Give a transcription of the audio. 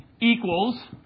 equals